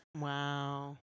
Wow